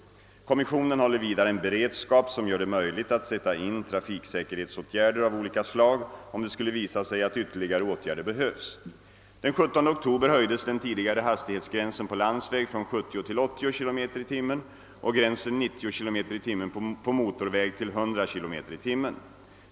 Kommissionen håller vidare en beredskap som gör det möjligt att sätta in trafiksäkerhetsåtgärder av olika slag, om det skulle visa sig att ytterligare åtgärder behövs. Den 17 oktober höjdes den tidigare hastighetsgränsen på landsväg från 70 till 80 km tim. på motorväg till 100 km/tim.